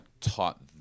taught